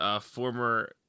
former